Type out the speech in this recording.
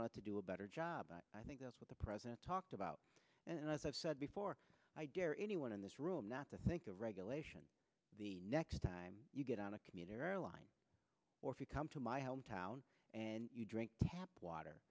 want to do a better job but i think that's what the president talked about and as i've said before i dare anyone in this room not to think of regulation the next time you get on a commuter airline or if you come to my hometown and you drink tap water